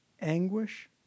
anguish